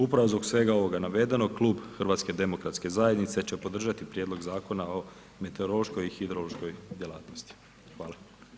Upravo zbog svega ovog navedenog, klub HDZ-a će podržati Prijedlog Zakona o meteorološkoj i hidrološkoj djelatnosti, hvala.